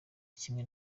kimwe